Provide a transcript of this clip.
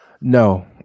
No